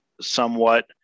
somewhat